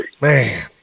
Man